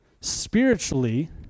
Spiritually